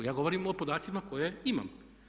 Ja govorim o podacima koje imam.